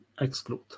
exclude